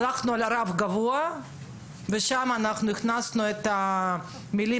הלכנו על רף גבוה ושם הכנסנו את המילים